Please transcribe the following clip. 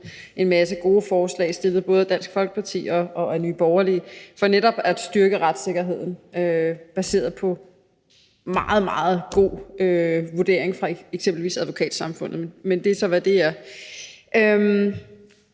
en masse gode forslag stillet både af Dansk Folkeparti og af Nye Borgerlige for netop at styrke retssikkerheden og baseret på meget, meget gode vurderinger fra eksempelvis Advokatsamfundet. Men det er så, hvad det er.